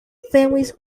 families